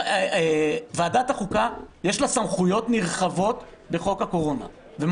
לוועדת החוקה יש סמכויות נרחבות ומשמעותיות בחוק הקורונה.